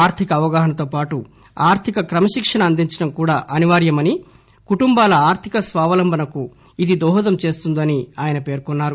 ఆర్దిక అవగాహనతో పాటు ఆర్దిక క్రమశిక్షణ అందించడం కూడా అనివార్యమని కుటుంబాల ఆర్థిక స్వావలంబనకు ఇది దోహదం చేస్తందని ఆయన పేర్కొన్నారు